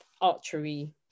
archery